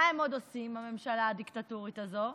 מה הם עוד עושים בממשלה הדיקטטורית הזאת?